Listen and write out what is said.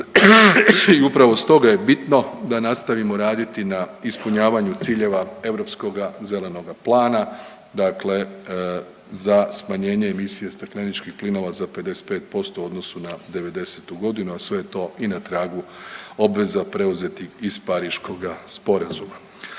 I upravo stoga je bitno da nastavimo raditi na ispunjavanju ciljeva europskoga zelenoga plana, dakle za smanjenje emisije stakleničkih plinova za 55% u odnosu na devedesetu godinu, a sve to i na tragu obveza preuzetih iz Pariškoga sporazuma.